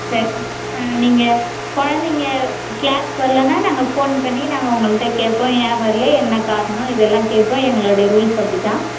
சரி ஆ நீங்கள் குழந்தைங்க கிளாஸுக்கு வரலன்னா நாங்கள் ஃபோன் பண்ணி நாங்கள் உங்கள்ட்ட கேட்போம் ஏன் வரல என்ன காரணம் இதெல்லாம் கேட்போம் எங்களுடைய ரூல்ஸ் அப்படிதான்